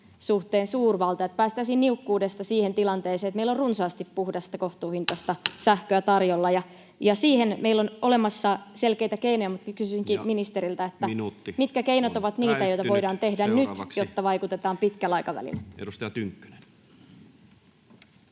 suhteen suurvalta, että päästäisiin niukkuudesta siihen tilanteeseen, että meillä on runsaasti puhdasta, kohtuuhintaista sähköä tarjolla, ja siihen meillä on olemassa selkeitä keinoja. Kysynkin ministeriltä: [Puhemies: Ja minuutti on päättynyt!] mitkä keinot ovat niitä, joita voidaan tehdä nyt, jotta vaikutetaan pitkällä aikavälillä? Seuraavaksi edustaja Tynkkynen.